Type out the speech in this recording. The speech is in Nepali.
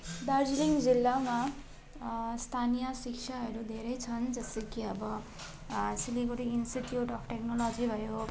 दार्जिलिङ जिल्लमामा स्थानीय शिक्षाहरू धेरै छन् जस्तो कि अब सिलगडी इन्स्टिच्युट अब् टेक्नोलोजी भयो